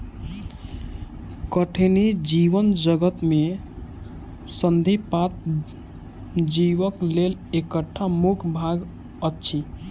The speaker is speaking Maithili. कठिनी जीवजगत में संधिपाद जीवक लेल एकटा मुख्य भाग अछि